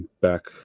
Back